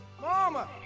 mama